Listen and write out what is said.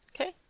Okay